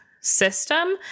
system